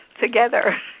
together